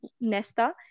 Nesta